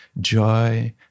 joy